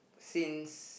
since